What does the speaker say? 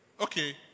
Okay